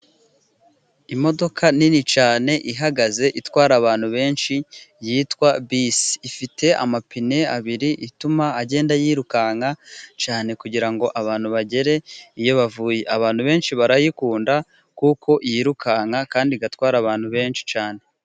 Imodoka nini cyane, ihagaze itwara abantu benshi yitwa bisi, ifite amapine abiri ituma agenda yirukanka cyane, kugira ngo abantu bagere iyo bagiye, abantu benshi barayikunda kuko yirukanka kandi igatwara abantu benshi cyane.